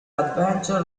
adventure